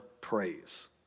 praise